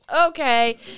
Okay